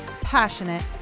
passionate